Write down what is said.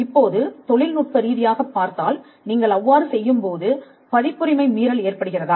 இப்போது தொழில்நுட்பரீதியாகப் பார்த்தால் நீங்கள் அவ்வாறு செய்யும் போது பதிப்புரிமை மீறல் ஏற்படுகிறதா